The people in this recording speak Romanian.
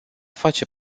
face